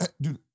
Dude